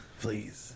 please